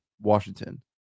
Washington